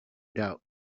doubt